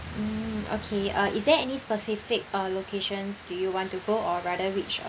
mm okay uh is there any specific uh location do you want to go or rather which